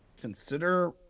consider